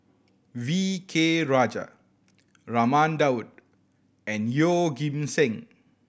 V K Rajah Raman Daud and Yeoh Ghim Seng